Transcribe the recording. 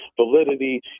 validity